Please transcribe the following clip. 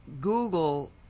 Google